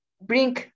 bring